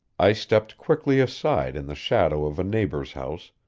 i stepped quickly aside in the shadow of a neighbor's house,